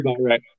right